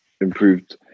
improved